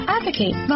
Advocate